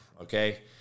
Okay